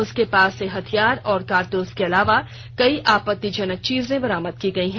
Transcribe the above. उसके पास से हथियार और कारतूस के अलावा कई आपत्तिजनक चीजें बरामद की गई हैं